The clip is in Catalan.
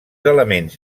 elements